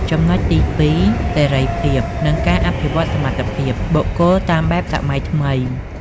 ចំណុចទីពីរគឺ "សេរីភាព" និង "ការអភិវឌ្ឍសមត្ថភាព" បុគ្គលតាមបែបសម័យថ្មី។